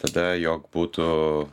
tada jog būtų